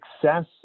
success